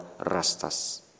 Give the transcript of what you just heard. Rastas